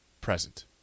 present